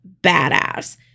badass